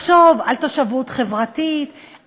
לחשוב על תושבות חברתית,